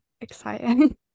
exciting